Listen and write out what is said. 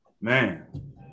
Man